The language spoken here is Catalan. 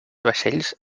vaixells